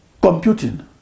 computing